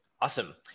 Awesome